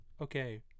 Okay